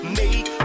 make